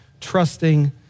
trusting